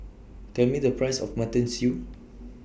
Tell Me The Price of Mutton Stew